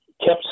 kept